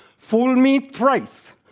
fool me thrice.